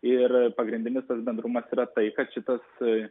ir pagrindinis tas bendrumas yra tai kad šitas